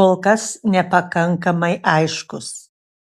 kol kas nepakankamai aiškus